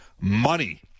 Money